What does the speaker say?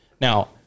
Now